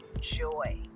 joy